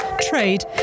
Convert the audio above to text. trade